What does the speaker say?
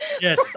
Yes